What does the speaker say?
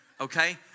Okay